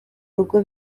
rugo